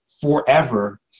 forever